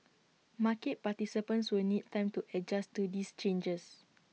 market participants will need time to adjust to these changes